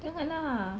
jangan lah